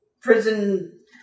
prison